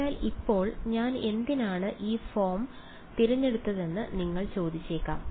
അതിനാൽ ഇപ്പോൾ ഞാൻ എന്തിനാണ് ഈ ഫോം തിരഞ്ഞെടുത്തതെന്ന് നിങ്ങൾ ചോദിച്ചിരിക്കാം